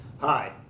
Hi